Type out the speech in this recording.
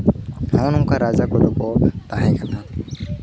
ᱱᱚᱜᱼᱚᱸᱭ ᱱᱚᱝᱠᱟ ᱨᱟᱡᱟ ᱠᱚᱫᱚ ᱠᱚ ᱛᱟᱦᱮᱸ ᱠᱟᱱᱟ